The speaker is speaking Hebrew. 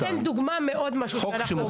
הוא נותן דוגמה מעוד משהו שאנחנו עוברים.